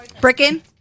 Brickin